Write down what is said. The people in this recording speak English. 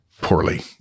poorly